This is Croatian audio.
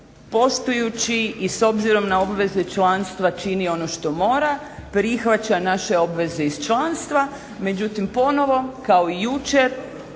poštujući i s obzirom na obveze članstva čini ono što mora, prihvaća naše obveze iz članstva, međutim ponovno kao i jučer